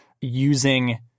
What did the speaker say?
using